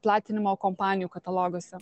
platinimo kompanijų kataloguose